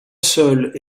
seul